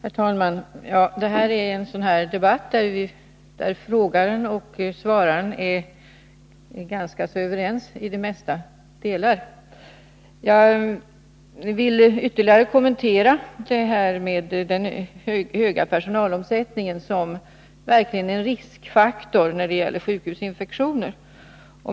Herr talman! Detta är en sådan debatt där den som frågar och den som svarar är ganska överens i de flesta delar. Jag vill emellertid ytterligare kommentera detta med den höga personalomsättningen såsom en verklig riskfaktor när det gäller sjukhusinfektioner.